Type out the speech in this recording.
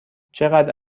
چقدر